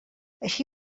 així